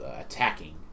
attacking